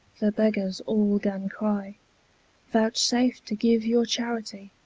the beggers all gan cry vouchsafe to give your charity,